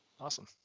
awesome